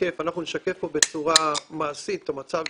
לשקף אנחנו נשקף פה בצורה מעשית את המצב